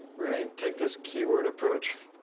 we're gonna take this keyword approach.